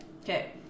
Okay